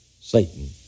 Satan